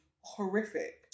horrific